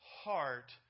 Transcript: heart